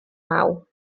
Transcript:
naw